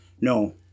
No